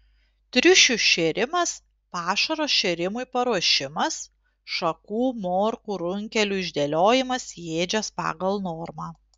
triušių šėrimas pašaro šėrimui paruošimas šakų morkų runkelių išdėliojimas į ėdžias pagal normą